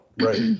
Right